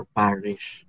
parish